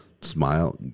smile